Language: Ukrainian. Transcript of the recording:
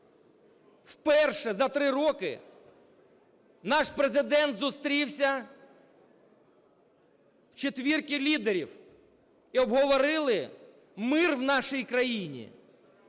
Вперше за три роки наш Президент зустрівся в четвірці лідерів і обговорили мир в нашій країні,